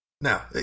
Now